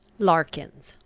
larkins,